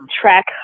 track